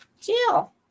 Jill